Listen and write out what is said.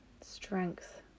strength